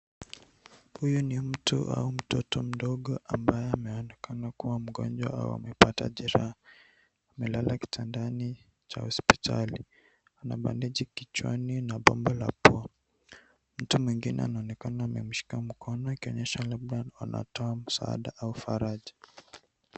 Huyu ni mtu au mtoto mdogo ambaye anaonekana kuwa mgonjwa au amepata jeraha. Amelala kitandani cha hospitali. Ana bandeji kichwani na bomba la pua. Mtu mwengine anaonekana amemshika mkono akionyesha labda anatoa msaada au faraja.